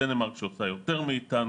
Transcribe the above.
דנמרק שעושה יותר מאיתנו,